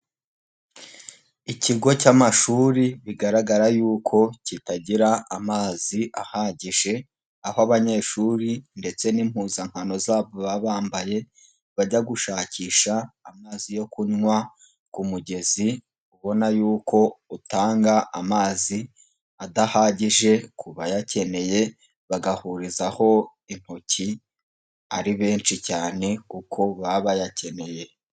Ikigo cy'amashuri bigaragara yuko kitagira amazi ahagije, aho abanyeshuri ndetse n'impuzankano zabo baba bambaye, bajya gushakisha amazi yo kunywa ku mugezi ubona yuko utanga amazi adahagije ku bayakeneye, bagahurizaho intoki ari benshi cyane kuko baba bayakeneye.